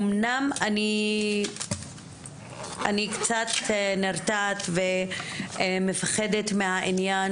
אמנם אני קצת נרתעת ומפחדת מהעניין